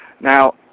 Now